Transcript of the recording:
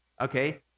Okay